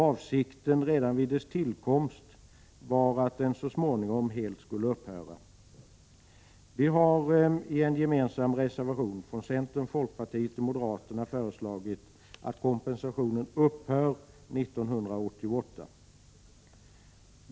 Avsikten var redan vid dess tillkomst att den så småningom helt skulle upphöra. Vi har i en gemensam reservation från centern, folkpartiet och moderaterna föreslagit att kompensationen skall upphöra 1988.